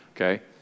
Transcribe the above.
okay